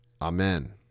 Amen